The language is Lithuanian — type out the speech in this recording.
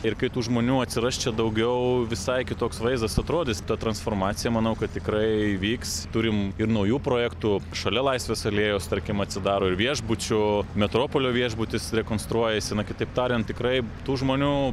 ir kai tų žmonių atsiras čia daugiau visai kitoks vaizdas atrodys ta transformacija manau kad tikrai įvyks turim ir naujų projektų šalia laisvės alėjos tarkim atsidaro ir viešbučių metropolio viešbutis rekonstruojasi na kitaip tariant tikrai tų žmonių